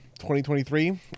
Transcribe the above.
2023